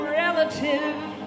relative